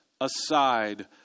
aside